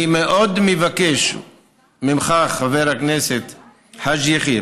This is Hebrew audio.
אני מאוד מבקש ממך, חבר הכנסת חאג' יחיא,